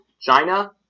China